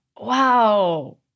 wow